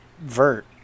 Vert